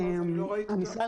אם אפשר